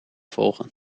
volgen